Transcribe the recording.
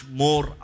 more